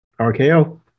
RKO